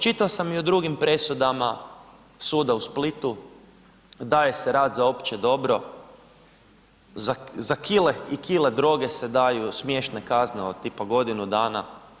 Čitao sam i u drugim presudama suda u Splitu, daje se rad za opće dobro, za kile i kile droge se daju smiješne kazne od tipa godinu dana.